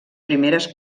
primeres